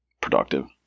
productive